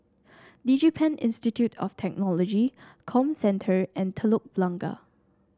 DigiPen Institute of Technology Comcentre and Telok Blangah